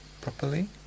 properly